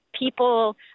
People